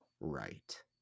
right